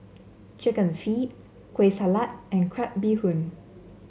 chicken feet Kueh Salat and Crab Bee Hoon